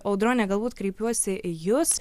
audrone galbūt kreipiuosi į jus